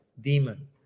demon